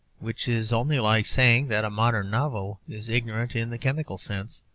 which is only like saying that a modern novel is ignorant in the chemical sense,